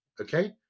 Okay